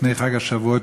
לפני חג השבועות,